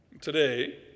Today